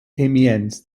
amiens